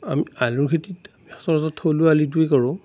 আমি আলু খেতিত সচৰাচৰ থলুৱা আলুটোৱে কৰোঁ